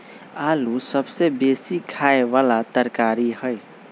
आलू सबसे बेशी ख़ाय बला तरकारी हइ